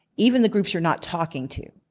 even the groups you're not talking to.